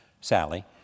Sally